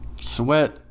sweat